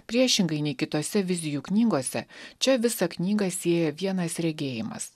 priešingai nei kitose vizijų knygose čia visą knygą sieja vienas regėjimas